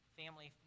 family